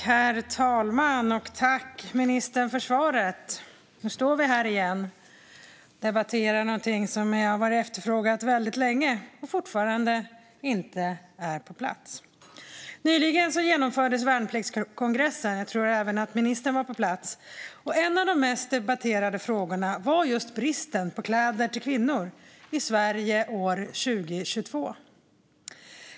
Herr talman! Tack, ministern, för svaret! Nu står vi här igen och debatterar något som jag har efterfrågat väldigt länge, som fortfarande inte är på plats. Nyligen genomfördes värnpliktskongressen - jag tror att även ministern var på plats. En av de mest debatterade frågorna var just bristen på kläder till kvinnor, i Sverige 2022.